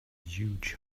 huge